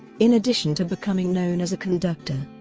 in addition to becoming known as a conductor,